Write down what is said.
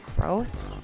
growth